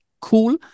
cool